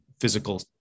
physical